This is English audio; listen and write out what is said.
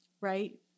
Right